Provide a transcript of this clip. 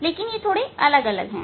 लेकिन वे थोड़े अलग हैं